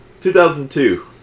2002